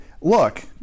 Look